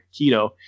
keto